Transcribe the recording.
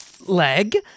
leg